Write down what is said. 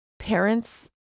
Parents